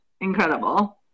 Incredible